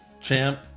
Champ